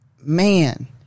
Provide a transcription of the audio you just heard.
man